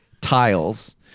tiles